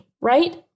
right